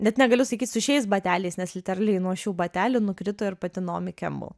net negaliu sakyt su šiais bateliais nes literaliai nuo šių batelių nukrito ir pati naomi kembel